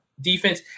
defense